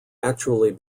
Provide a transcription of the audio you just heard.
actually